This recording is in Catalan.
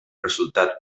resultat